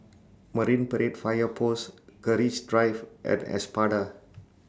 Marine Parade Fire Post Keris Drive and Espada